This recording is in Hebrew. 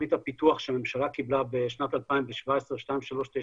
מתוכנית הפיתוח שהממשלה קיבלה בשנת 2017, 2397,